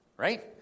right